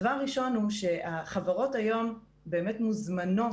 הדבר הראשון הוא שהחברות היום באמת מוזמנות